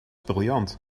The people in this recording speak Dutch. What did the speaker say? briljant